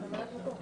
ממלאת מקום.